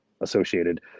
associated